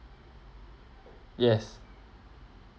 yes